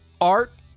Art